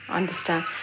understand